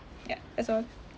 ya that's all